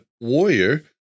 warrior